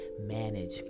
manage